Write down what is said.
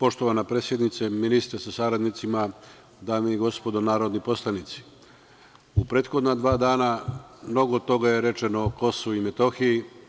Poštovana predsednice, ministre sa saradnicima, dame i gospodo narodni poslanici, u prethodna dva dana mnogo toga je rečeno o Kosovu i Metohiji.